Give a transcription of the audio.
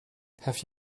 have